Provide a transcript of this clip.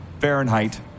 Fahrenheit